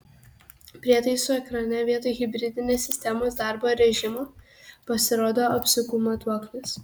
prietaisų ekrane vietoj hibridinės sistemos darbo režimo pasirodo apsukų matuoklis